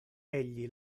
egli